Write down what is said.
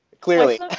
Clearly